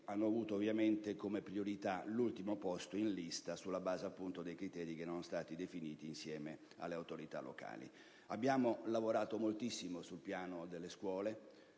Abbiamo lavorato moltissimo sul piano delle scuole.